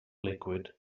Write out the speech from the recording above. liquid